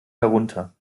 herunter